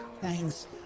Thanks